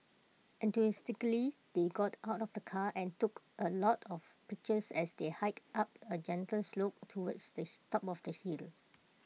enthusiastically they got out of the car and took A lot of pictures as they hiked up A gentle slope towards the top of the hill